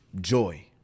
joy